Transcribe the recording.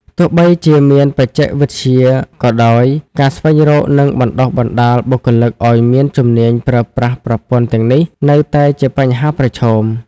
ទោះបីជាមានបច្ចេកវិទ្យាក៏ដោយ ការស្វែងរក និងបណ្តុះបណ្តាលបុគ្គលិកឱ្យមានជំនាញប្រើប្រាស់ប្រព័ន្ធទាំងនោះនៅតែជាបញ្ហាប្រឈម។